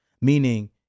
Meaning